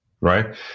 right